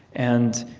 and,